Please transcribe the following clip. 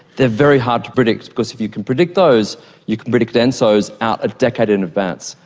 they are very hard to predict, because if you can predict those you can predict ensos out a decade in advance,